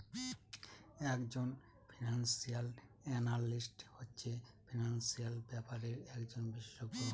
এক জন financial analyst হচ্ছে ফিনান্সিয়াল ব্যাপারের একজন বিশষজ্ঞ